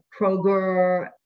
Kroger